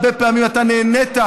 אתה הרבה פעמים נהנית,